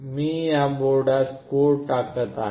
मी या बोर्डात कोड टाकत आहे